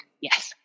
yes